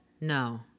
No